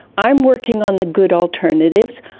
i'm working on the good alternatives.